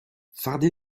fardé